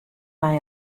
mei